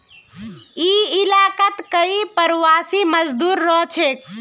ई इलाकात कई प्रवासी मजदूर रहछेक